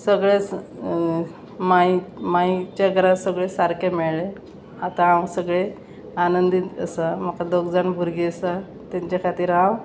सगळें मांय मांयच्या घरान सगळें सारकें मेळ्ळें आतां हांव सगळें आनंदीत आसा म्हाका दोग जाण भुरगीं आसा तेंच्या खातीर हांव